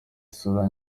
isura